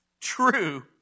true